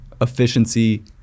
efficiency